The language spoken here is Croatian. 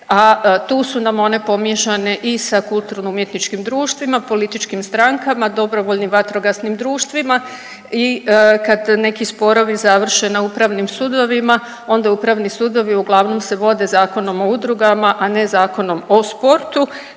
a tu su nam one pomiješane i sa kulturno umjetničkim društvima, političkim strankama, dobrovoljnim vatrogasnim društvima i kad neki sporovi završe na upravnim sudovima onda upravni sudovi uglavnom se vode Zakonom o udrugama, a ne zakonom o sportu